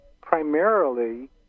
primarily